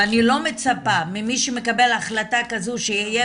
ואני לא מצפה ממי שמקבל החלטה כזו שתהיה